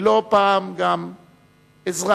ולא פעם גם עזרה,